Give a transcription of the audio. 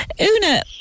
Una